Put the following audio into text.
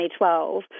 2012